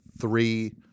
Three